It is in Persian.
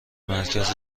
مرکز